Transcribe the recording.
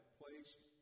placed